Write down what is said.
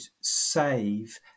save